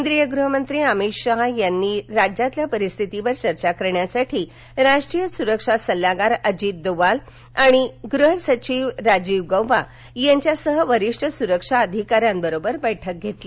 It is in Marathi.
केंद्रीय गृह मंत्री अमित शहा यांनी राज्यातल्या परिस्थितीवर चर्चा करण्यासाठी राष्ट्रीय सुरक्षा सल्लागार अजित डोवाल आणि गृह सचिव राजीव गौबा यांच्या सह वरिष्ठ स्रक्षा अधिकाऱ्यांबरोबर बठ्कि घेतली